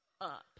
up